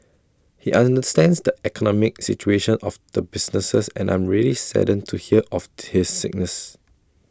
he understands the economic situation of the businesses and I'm really saddened to hear of his sickness